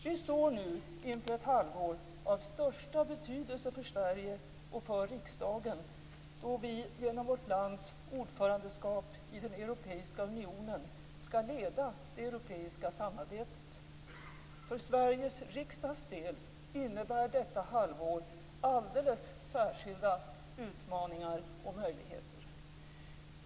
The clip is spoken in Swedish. Vi står nu inför ett halvår av största betydelse för Sverige och för riksdagen, då vi genom vårt lands ordförandeskap i den europeiska unionen ska leda det europeiska samarbetet. För Sveriges riksdags del innebär detta halvår alldeles särskilda utmaningar och möjligheter.